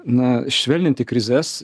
na švelninti krizes